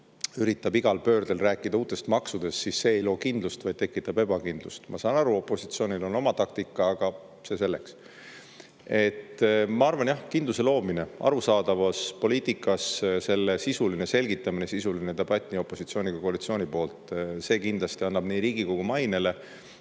üritab igal pöördel rääkida uutest maksudest, siis see ei loo kindlust, vaid tekitab ebakindlust. Ma saan aru, et opositsioonil on oma taktika, aga see selleks. Ma arvan, jah, kindluse loomine arusaadavas poliitikas, selle sisuline selgitamine, sisuline debatt nii opositsiooni kui koalitsiooni poolt, see kindlasti annab nii Riigikogu mainele,